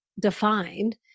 defined